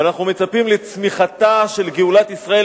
ואנחנו מצפים לצמיחתה של גאולת ישראל.